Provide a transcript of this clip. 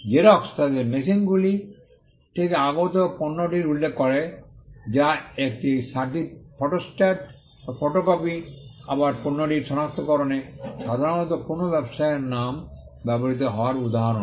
xerox তাদের মেশিনগুলি থেকে আগত পণ্যটির উল্লেখ করে যা একটি ফটোস্ট্যাট বা ফটোকপি আবার পণ্যটির সনাক্তকরণে সাধারণত কোনও ব্যবসায়ের নাম ব্যবহৃত হওয়ার উদাহরণ